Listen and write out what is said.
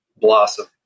blossom